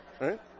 right